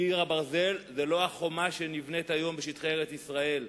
קיר הברזל זה לא החומה שנבנית היום בשטחי ארץ-ישראל.